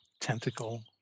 tentacle